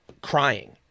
Crying